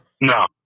No